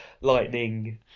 lightning